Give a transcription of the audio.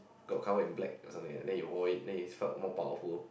got covered in black or something like that then he wore it then he felt more powerful